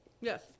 Yes